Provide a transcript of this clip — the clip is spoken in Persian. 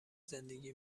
زندگی